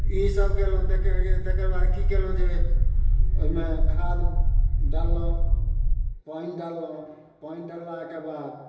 ई सभ कयलहुँ तक तकर बाद कि कयलहुँ जे ओइमे खाद डाललहुँ पानि डाललहुँ पानि डाललाके बाद